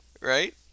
right